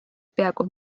peaaegu